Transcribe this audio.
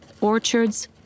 orchards